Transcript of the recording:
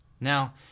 Now